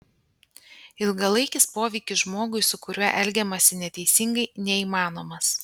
ilgalaikis poveikis žmogui su kuriuo elgiamasi neteisingai neįmanomas